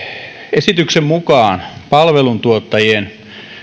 esityksen mukaan palveluntuottajien